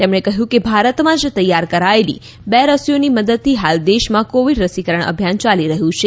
તેમણે કહ્યું કે ભારતમાંજ તૈયાર કરાયેલી બે રસીઓની મદદથી હાલ દેશમાં કોવીડ રસીકરણ અભિયાન ચાલી રહયું છે